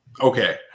Okay